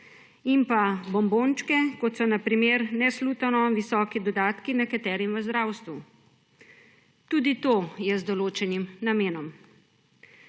In pa bombončke, kot so na primer nesluteno visoki dodatki nekaterim v zdravstvu. Tudi to je z določenim namenom.